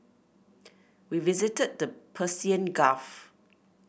we visited the Persian Gulf